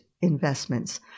investments